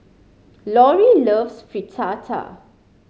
Lorie loves Fritada